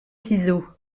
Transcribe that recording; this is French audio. ciseaux